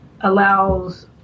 allows